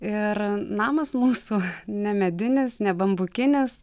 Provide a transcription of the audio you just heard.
ir namas mūsų ne medinis ne bambukinis